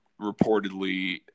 reportedly